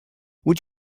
would